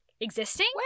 existing